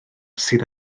sydd